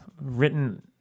written